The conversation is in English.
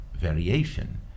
variation